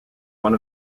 one